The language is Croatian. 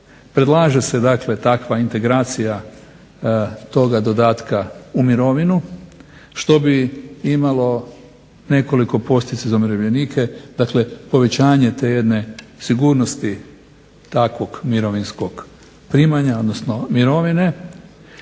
predlaže se takva integracija toga dodatka u mirovinu što bi imali nekoliko posljedica za umirovljenike, povećanje te jedne sigurnosti takvog mirovinskog primanja odnosno mirovine,